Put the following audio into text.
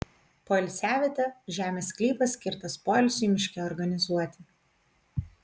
poilsiavietė žemės sklypas skirtas poilsiui miške organizuoti